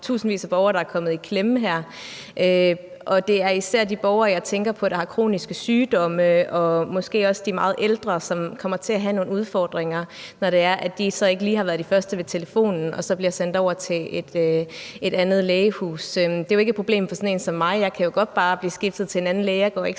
tusindvis af borgere, der er kommet i klemme her. Jeg tænker især på de borgere, der har kroniske sygdomme, og måske også de meget ældre, som kommer til at have nogle udfordringer, når det er, at de ikke lige har været de første ved telefonen og så bliver sendt over til et andet lægehus. Det er jo ikke et problem for sådan en som mig. Jeg kan jo godt bare blive skiftet til en anden læge,